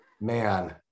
Man